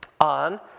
on